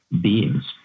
beings